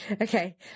Okay